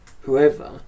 whoever